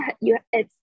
you—it's